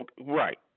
Right